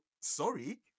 Sorry